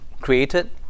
created